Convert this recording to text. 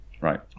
Right